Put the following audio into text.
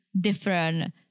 different